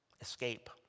escape